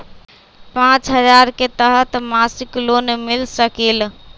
पाँच हजार के तहत मासिक लोन मिल सकील?